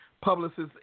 publicists